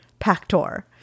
Pactor